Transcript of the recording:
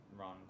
run